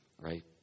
right